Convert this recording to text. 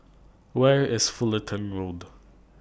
Where IS Fullerton Road